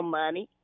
money